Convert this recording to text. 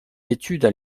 études